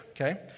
okay